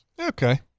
Okay